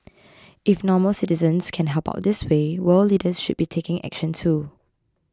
if normal citizens can help out this way world leaders should be taking action too